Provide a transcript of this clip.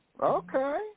Okay